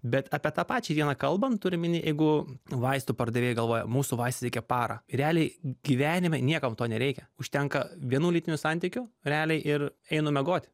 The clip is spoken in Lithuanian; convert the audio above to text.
bet apie tą pačią dieną kalbant turiu omeny jeigu vaistų pardavėjai galvoja mūsų vaistai veikia parą realiai gyvenime niekam to nereikia užtenka vienų lytinių santykių realiai ir einu miegoti